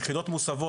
יחידות מוסבות,